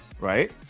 right